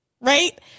right